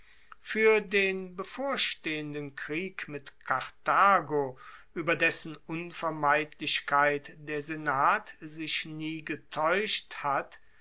fuer den bevorstehenden krieg mit karthago ueber dessen unvermeidlichkeit der senat sich nie getaeuscht hat